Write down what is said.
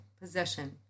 possession